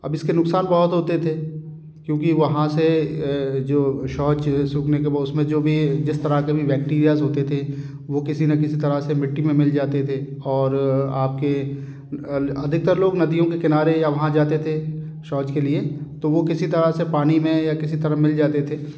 अब इसके नुक़सान बहुत होते थे क्योंकि वहाँ से जो शोच सुखने के बाद उसमें जो भी जिस तरह के भी बैक्टेरियाज होते थे वो किसी ना किसी तरह से मिट्टी में मिल जाते थे और आप के अधिकतर लोग नदियों या वहाँ जाते थे शौच के लिए वो किसी तरह से पानी में या किसी तरह मिल जाते थे